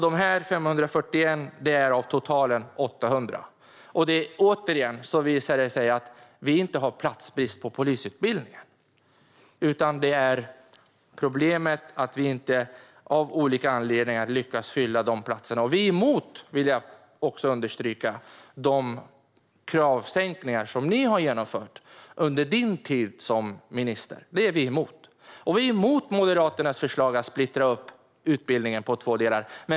De 541 är av totalen 800. Återigen visar det sig att vi inte har platsbrist på polisutbildningen. Problemet är att vi av olika anledningar inte lyckas fylla de platserna. Vi är emot, vill jag understryka, de kravsänkningar som ni har genomfört under din tid som minister. Vi är emot Moderaternas förslag att splittra upp utbildningen på två delar.